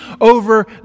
over